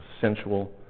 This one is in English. sensual